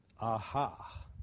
Aha